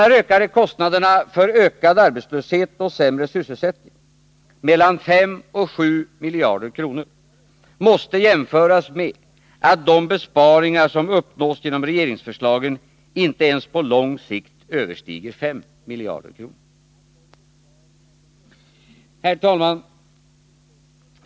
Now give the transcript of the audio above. Dessa ökade kostnader för ökad arbetslöshet och sämre sysselsättning — mellan 5 och 7 miljarder kronor — måste jämföras med att de besparingar som uppnås genom regeringsförslagen inte ens på lång sikt överstiger 5 miljarder kronor. Herr talman!